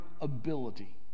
ability